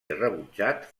rebutjat